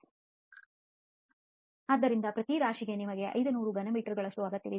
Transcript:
ಆದ್ದರಿಂದ ಪ್ರತಿ ರಾಶಿಗೆ ನಿಮಗೆ 500 ಘನ ಮೀಟರ್ಗಳಷ್ಟು ಅಗತ್ಯವಿದೆ